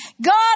God